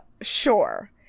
sure